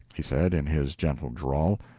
he said, in his gentle drawl.